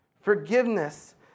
Forgiveness